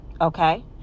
Okay